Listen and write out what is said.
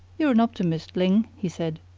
you're an optimist, ling, he said.